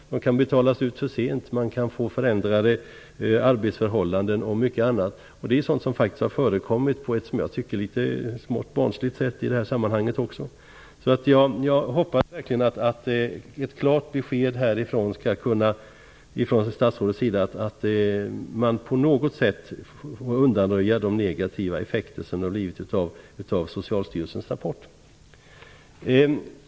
Pengarna kan betalas ut för sent, man kan få förändrade arbetsförhållanden och mycket annat. Det är sådant som faktiskt har förekommit på ett, som jag tycker, litet barnsligt sätt i det här sammanhanget. Jag hoppas verkligen att ett klart besked från statsrådet på något sätt skall undanröja de negativa effekter som har uppstått efter Socialstyrelsens rapport.